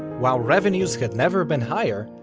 while revenues had never been higher,